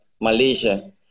Malaysia